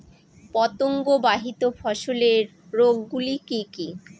পতঙ্গবাহিত ফসলের রোগ গুলি কি কি?